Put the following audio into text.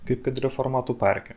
kaip kad reformatų parke